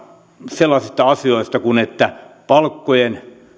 sellaisista asioista kuin että palkkojen